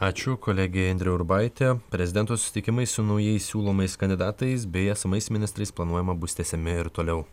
ačiū kolegė indrė urbaitė prezidento susitikimai su naujai siūlomais kandidatais bei esamais ministrais planuojama bus tęsiami ir toliau